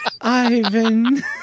Ivan